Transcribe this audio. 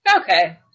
Okay